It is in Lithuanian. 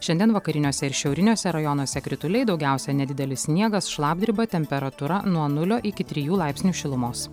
šiandien vakariniuose ir šiauriniuose rajonuose krituliai daugiausia nedidelis sniegas šlapdriba temperatūra nuo nulio iki trijų laipsnių šilumos